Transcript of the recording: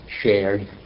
shared